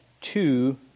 two